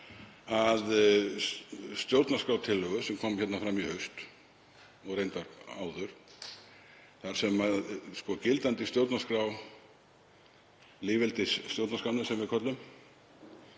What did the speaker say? að stjórnarskrártillögu sem kom fram í haust, og reyndar áður, þar sem gildandi stjórnarskrá, lýðveldisstjórnarskránni sem við köllum,